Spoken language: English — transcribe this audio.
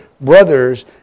brothers